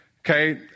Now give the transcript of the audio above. Okay